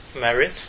married